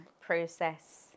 process